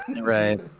Right